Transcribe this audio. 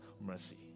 mercy